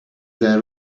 there